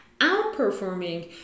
outperforming